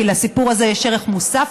כי לסיפור הזה יש ערך מוסף,